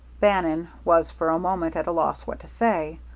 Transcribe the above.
bannon was for a moment at a loss what to say.